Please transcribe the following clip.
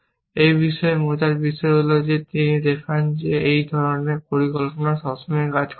এই বিষয়ে মজার বিষয় হল যে তিনি দেখান যে এই ধরনের পরিকল্পনা সবসময় কাজ করবে না